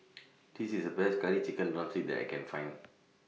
This IS The Best Curry Chicken Drumstick that I Can Find